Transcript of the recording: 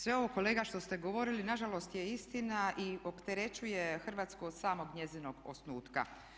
Sve ovo kolega što ste govorili nažalost je istina i opterećuje Hrvatsku od samog njezinog osnutka.